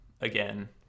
again